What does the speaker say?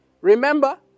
Remember